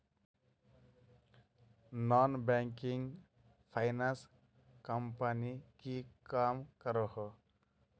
Non banking finance company की काम करोहो?